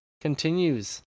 continues